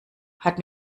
hat